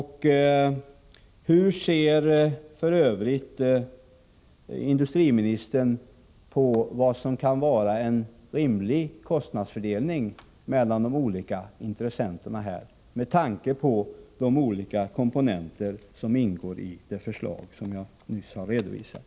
Hur ser industriministern f. ö. på vad som kan vara en rimlig fördelning av kostnaderna mellan de olika intressenterna med tanke på de komponenter som ingår i det förslag som jag här har redovisat?